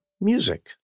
music